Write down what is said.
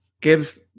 gives